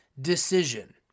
decision